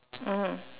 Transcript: mm